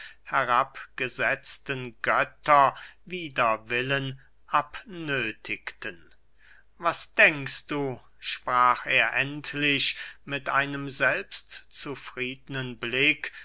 herabgesetzten götter wider willen abnöthigten was denkst du sprach er endlich mit einem selbstzufriednen blick